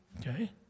Okay